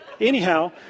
anyhow